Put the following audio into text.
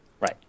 Right